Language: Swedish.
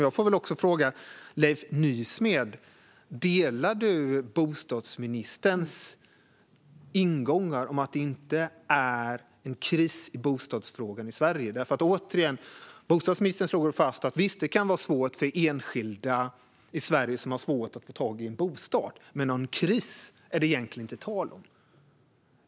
Jag vill också fråga Leif Nysmed: Delar du bostadsministerns ingångar om att det inte är en kris i bostadsfrågan i Sverige? Bostadsministern slår ju fast att det kan vara svårt för enskilda i Sverige att få tag i en bostad, men någon kris är det egentligen inte tal om.